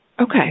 Okay